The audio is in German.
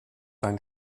dein